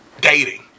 dating